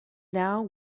now